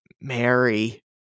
Mary